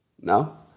No